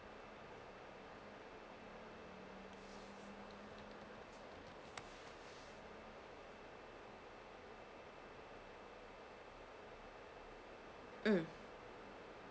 mm